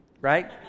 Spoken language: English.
right